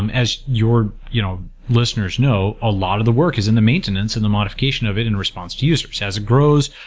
um as your you know listeners know, a lot of the work is in the maintenance and the modification of it in response to users. as it grows,